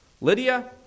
Lydia